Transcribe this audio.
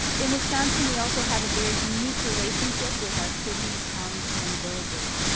in wisconsin we also have a very unique relationship with our cities, towns, and villages.